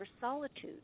solitude